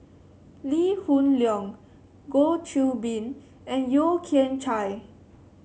Lee Hoon Leong Goh Qiu Bin and Yeo Kian Chye